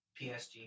PSG